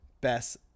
best